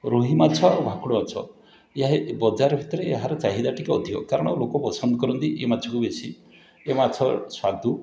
ରୋହି ମାଛ ଭାକୁର ମାଛ ଏହାଇ ବଜାର ଭିତରେ ଏହାର ଚାହିଦା ଟିକିଏ ଅଧିକ କାରଣ ଲୋକ ପସନ୍ଦ କରନ୍ତି ଏ ମାଛକୁ ବେଶୀ ଏ ମାଛ ସୁସ୍ୱାଦୁ